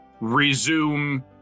resume